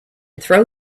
throw